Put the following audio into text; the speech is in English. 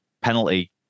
penalty